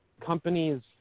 companies